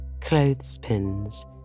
clothespins